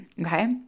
Okay